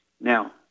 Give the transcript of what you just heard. Now